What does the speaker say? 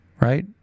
right